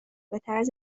بطرز